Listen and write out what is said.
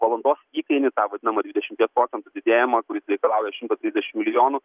valandos įkainį tą vadinamą dvidešimties procentų didėjimą kuris reikalauja šimto trisdešim milijonų